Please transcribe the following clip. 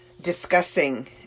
discussing